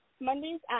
Mondays